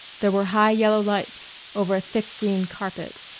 there were high yellow lights over a thick green carpet,